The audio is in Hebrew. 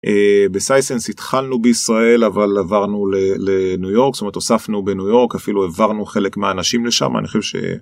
בסייסנס התחלנו בישראל אבל עברנו לניו יורק זאת אומרת הוספנו בניו יורק אפילו העברנו חלק מהאנשים לשם אני חושב.